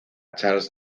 charles